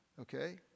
Okay